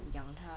养他啦